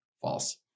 False